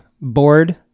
bored